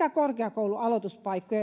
ja korkeakoulualoituspaikkoja